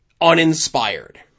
uninspired